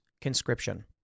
conscription